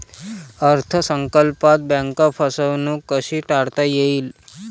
अर्थ संकल्पात बँक फसवणूक कशी टाळता येईल?